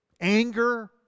anger